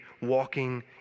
walking